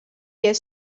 here